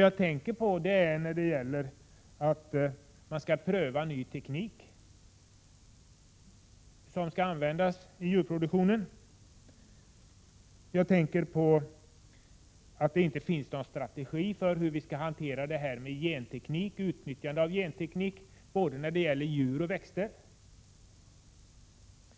Jag tänker då på förslaget om att ny teknik skall prövas som skall användas i djurproduktionen. Jag tänker på att det inte finns någon strategi för hur vi skall hantera gentekniken och utnyttjandet av den när det gäller både djur och växter.